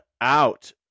out